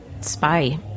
spy